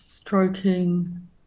stroking